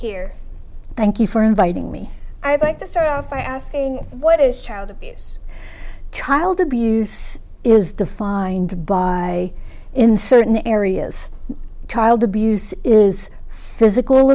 here thank you for inviting me i'd like to start off by asking what is child abuse child abuse is defined by in certain areas child abuse is physical